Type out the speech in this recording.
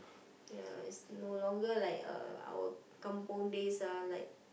ya it's no longer like uh our kampung days ah like